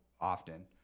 often